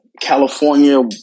California